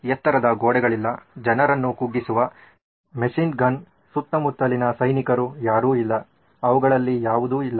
ಎತ್ತರದ ಗೋಡೆಗಳಿಲ್ಲ ಜನರನ್ನು ಕುಗ್ಗಿಸುವ ಮೆಷಿನ್ ಗನ್ ಸುತ್ತಮುತ್ತಲಿನ ಸೈನಿಕರು ಯಾರು ಇಲ್ಲ ಅವುಗಳಲ್ಲಿ ಯಾವುದೂ ಇಲ್ಲ